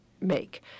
make